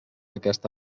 aquesta